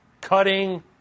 cutting